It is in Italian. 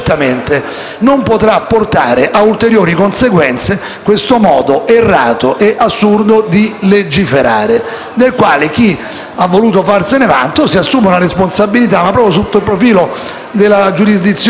ha voluto farsene vanto si assume la responsabilità, ma proprio sotto il profilo della giurisdizione, non sotto altri profili, che ciascuno discuterà in altri ambiti con la propria coscienza. Per questo, annuncio il voto contrario sull'articolo 8, giudizio